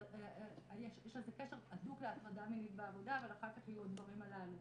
יש לזה קשר הדוק להטרדה מינית בעבודה אבל אחר כך היו הדברים הללו.